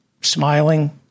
Smiling